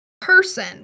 person